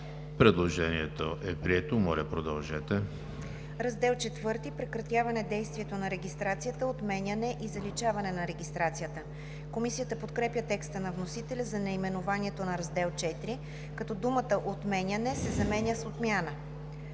Предложението е прието. ДОКЛАДЧИК ДАНИЕЛА САВЕКЛИЕВА: „Раздел IV – Прекратяване действието на регистрацията, отменяне и заличаване на регистрацията“. Комисията подкрепя текста на вносителя за наименованието на Раздел ІV, като думата „отменяне“ се заменя с „отмяна“.